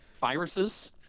viruses